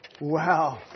Wow